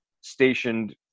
stationed